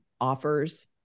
offers